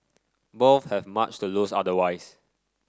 both have much to lose otherwise